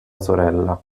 sorella